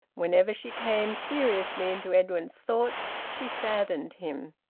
whenever she came seriously into edwin's thoughts she saddened him.